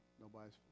nobody's